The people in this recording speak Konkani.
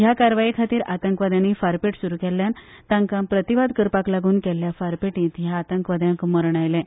ह्या कारवाये खातीर आतंकवाद्यांनी फारपेट सुरू केल्ल्यान तांकां प्रतिवाद करपाक लागून केल्ल्या फेरपेटींत ह्या आतंकवाद्यांक मरण आयलें